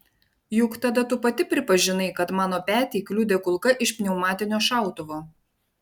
juk tada tu pati pripažinai kad mano petį kliudė kulka iš pneumatinio šautuvo